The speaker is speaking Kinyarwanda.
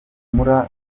mula